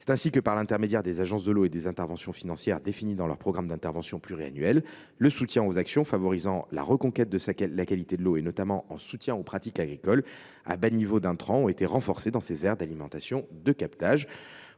C’est ainsi que, par l’intermédiaire des agences de l’eau et des interventions financières définies dans leurs programmes pluriannuels d’intervention, le soutien aux actions favorisant la reconquête de la qualité de l’eau, notamment les pratiques agricoles à bas niveau d’intrants, a été renforcé dans ces aires d’alimentation de captage.